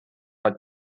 vaid